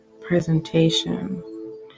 presentation